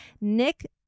Nick